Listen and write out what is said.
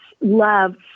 love